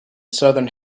southern